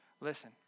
Listen